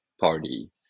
party